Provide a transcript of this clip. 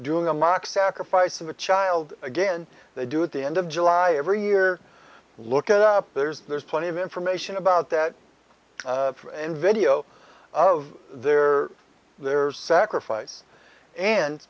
doing a mock sacrifice of a child again they do at the end of july every year look it up there's there's plenty of information about that in video of their their sacrifice and